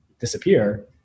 Disappear